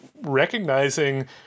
recognizing